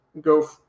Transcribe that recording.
go